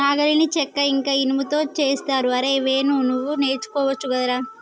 నాగలిని చెక్క ఇంక ఇనుముతో చేస్తరు అరేయ్ వేణు నువ్వు నేర్చుకోవచ్చు గదరా